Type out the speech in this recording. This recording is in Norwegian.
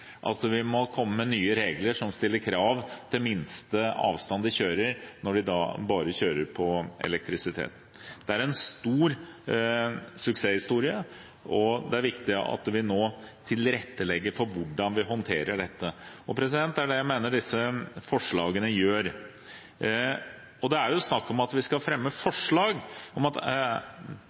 at vi må komme med nye regler som stiller krav til minste avstand de kjører når de da bare kjører på elektrisitet. Det er en stor suksesshistorie, og det er viktig at vi nå tilrettelegger for hvordan vi håndterer dette. Det er det jeg mener disse forslagene gjør. Det er jo snakk om at vi skal fremme forslag om at